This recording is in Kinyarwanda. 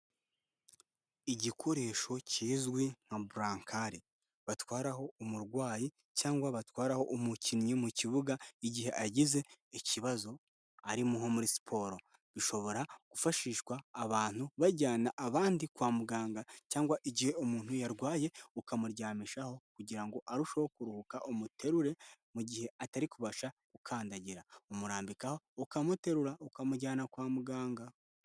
Igikoresho kizwi nka burankare batwaraho umurwayi cyangwa batwararaho umukinnyi mu kibuga igihe agize ikibazo ari nko muri siporo bishobora gufashishwa. abantu bajyana abandi kwa muganga cyangwa igihe umuntu yarwaye ukamuryamishaho kugira ngo arusheho kuruhuka umuterure mu gihe atari kubasha gukandagira umurambika ukamuterura ukamujyana kwa muganga.